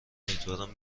امیدوارم